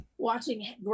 watching